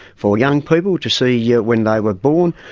for young people to see yeah when they were born,